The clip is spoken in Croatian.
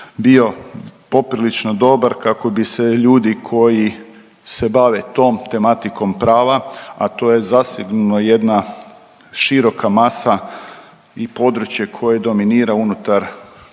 bio poprilično dobar kako bi se ljudi koji se bave tom tematikom prava, a to je zasigurno jedna široka masa i područje koje dominira unutar,